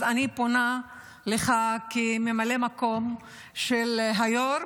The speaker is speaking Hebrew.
אז אני פונה אליך כממלא מקום של היו"ר,